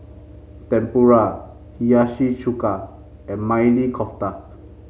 Tempura Hiyashi Chuka and Maili Kofta